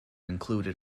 included